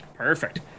Perfect